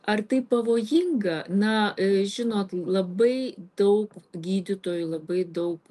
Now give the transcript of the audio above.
ar tai pavojinga na žinot labai daug gydytojų labai daug